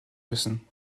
müssen